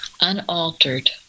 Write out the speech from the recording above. Unaltered